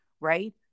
right